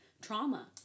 trauma